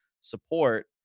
support